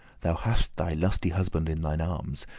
thou hast thy lusty husband in thine arms,